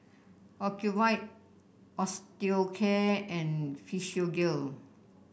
Ocuvite Osteocare and Physiogel